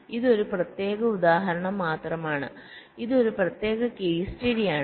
ഇത് ഒരു പ്രത്യേക ഉദാഹരണം മാത്രമാണ് ഇത് ഒരു പ്രത്യേക കേസ് സ്റ്റഡി ആണ്